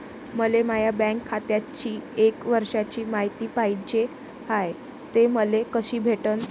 मले माया बँक खात्याची एक वर्षाची मायती पाहिजे हाय, ते मले कसी भेटनं?